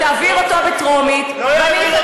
תעביר אותו בטרומית, ואני אחכה.